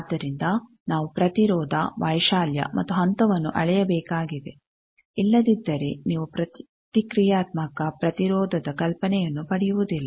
ಆದ್ದರಿಂದ ನಾವು ಪ್ರತಿರೋಧ ವೈಶಾಲ್ಯ ಮತ್ತು ಹಂತವನ್ನು ಅಳೆಯಬೇಕಾಗಿದೆ ಇಲ್ಲದಿದ್ದರೆ ನೀವು ಪ್ರತಿಕ್ರಿಯಾತ್ಮಕ ಪ್ರತಿರೋಧದ ಕಲ್ಪನೆಯನ್ನು ಪಡೆಯುವುದಿಲ್ಲ